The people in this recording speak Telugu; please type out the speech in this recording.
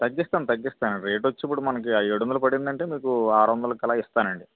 తగ్గిస్తానండి తగ్గిస్తాను ఇప్పుడు రేట్ వచ్చి మనకి ఏడు వందలు పడిందంటే మీకు రువందలకి అలా ఇస్తానండి